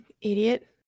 Idiot